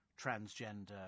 transgender